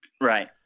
Right